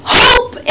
hope